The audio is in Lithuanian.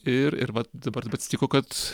ir ir vat dabar taip atsitiko kad